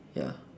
ya